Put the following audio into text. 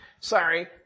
Sorry